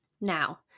Now